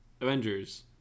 Avengers